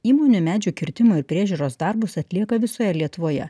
įmonių medžių kirtimo ir priežiūros darbus atlieka visoje lietuvoje